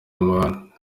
amahane